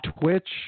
Twitch